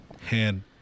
Hand